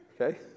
okay